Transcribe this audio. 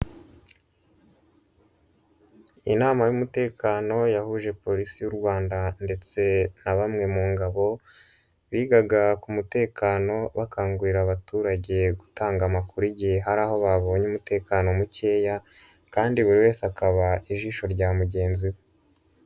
Inama y'umutekano yahuje Polisi y'u Rwanda ndetse na bamwe mu ngabo, bigaga ku mutekano bakangurira abaturage gutanga amakuru igihe hari aho babonye umutekano mukeya kandi buri wese akaba ijisho rya mugenzi we.